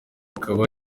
akaba